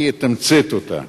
אני אתמצת אותה: